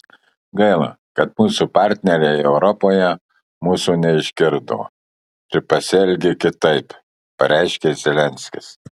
gaila kad mūsų partneriai europoje mūsų neišgirdo ir pasielgė kitaip pareiškė zelenskis